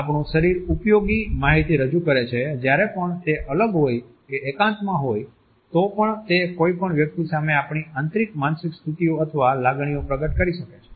આપણું શરીર ઉપયોગી માહિતી રજૂ કરે છે જ્યારે પણ તે અલગ હોય કે એકાંતમાં હોય તો પણ તે કોઈપણ વ્યક્તિ સામે આપણી આંતરિક માનસિક સ્થિતિઓ અથવા લાગણીઓ પ્રગટ કરી શકે છે